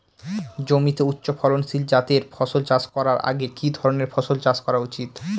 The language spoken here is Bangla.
জমিতে উচ্চফলনশীল জাতের ফসল চাষ করার আগে কি ধরণের ফসল চাষ করা উচিৎ?